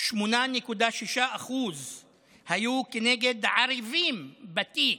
8.6% היו כנגד ערֵבים בתיק,